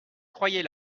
croyez